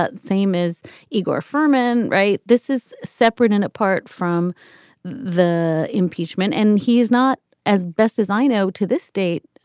but same as igor furhman. right. this is separate and apart from the impeachment. and he is not as best as i know to this date,